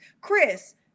chris